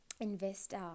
investor